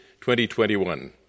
2021